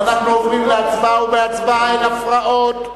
אנחנו עוברים להצבעה ובהצבעה אין הפרעות.